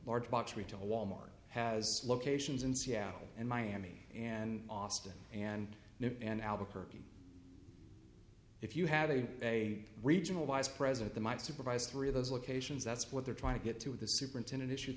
retailer wal mart has locations in seattle and miami and austin and in albuquerque if you have a a regional vice president the might supervise three of those locations that's what they're trying to get to the superintendent issues